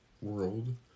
world